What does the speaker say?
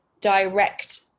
direct